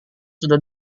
sudah